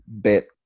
bit